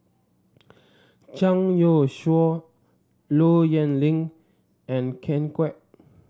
Zhang Youshuo Low Yen Ling and Ken Kwek